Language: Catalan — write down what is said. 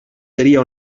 seria